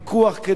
כדי לוודא,